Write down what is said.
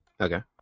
Okay